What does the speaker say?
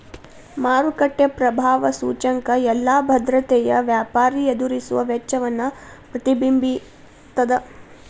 ಮಾರುಕಟ್ಟೆ ಪ್ರಭಾವ ಸೂಚ್ಯಂಕ ಎಲ್ಲಾ ಭದ್ರತೆಯ ವ್ಯಾಪಾರಿ ಎದುರಿಸುವ ವೆಚ್ಚವನ್ನ ಪ್ರತಿಬಿಂಬಿಸ್ತದ